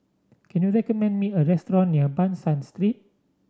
can you recommend me a restaurant near Ban San Street